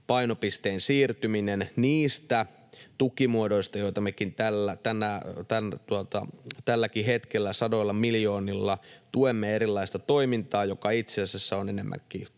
painopisteen siirtäminen niistä tukimuodoista, joilla me tälläkin hetkellä sadoilla miljoonilla tuemme erilaista toimintaa, joka itse asiassa on enemmänkin